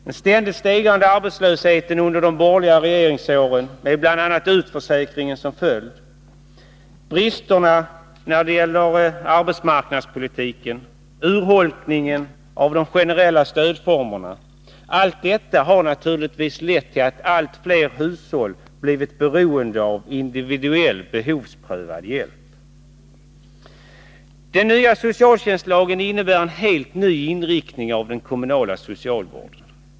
Den ständigt stegrande arbetslösheten under de borgerliga regeringsåren med bl.a. utförsäkring som följd, bristerna i arbetsmarknadspolitiken, urholkningen av de generella stödformerna — allt detta har naturligtvis lett till att allt fler hushåll blivit beroende av individuell behovsprövad hjälp. Den nya socialtjänstlagen innebär en helt ny inriktning av den kommunala socialvården.